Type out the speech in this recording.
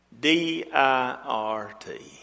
D-I-R-T